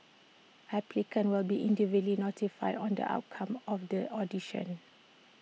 applicants will be individually notified on the outcome of the audition